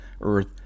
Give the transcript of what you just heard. Earth